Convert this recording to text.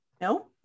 No